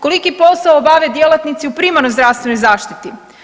Koliki posao obave djelatnici u primarnoj zdravstvenoj zaštiti.